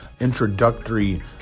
introductory